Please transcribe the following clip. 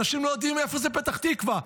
אנשים לא יודעים איפה זה פתח תקווה,